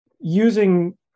using